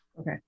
Okay